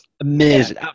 amazing